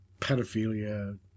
pedophilia